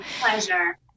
Pleasure